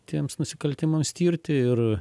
tiems nusikaltimams tirti ir